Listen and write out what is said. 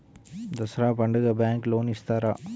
దసరా పండుగ bank loan ఇస్తారా?